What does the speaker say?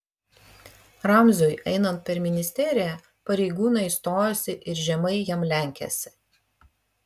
ramziui einant per ministeriją pareigūnai stojosi ir žemai jam lenkėsi